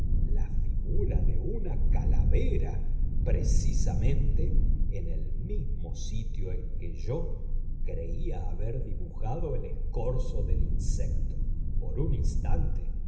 la figura de una calavera precisamente en el mismo sitio en que yo creía haber dibujado el escorzo del insecto por un instante